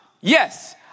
Yes